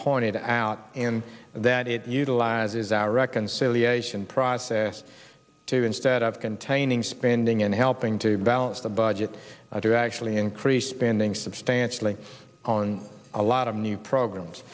pointed out and that it utilizes our reconciliation process to instead of containing spending and helping to balance the budget i do actually increased spending substantially on a lot of new programs